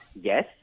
yes